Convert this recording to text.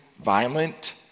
Violent